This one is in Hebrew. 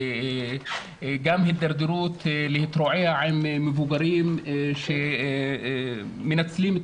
גם הידרדרות להתרועע עם מבוגרים שמנצלים את